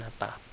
nata